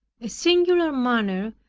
a singular manner,